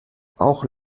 auch